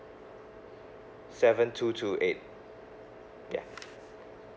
seven two two eight ya